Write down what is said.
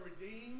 redeemed